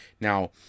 Now